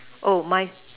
oh my